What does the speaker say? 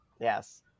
Yes